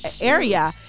area